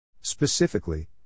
Specifically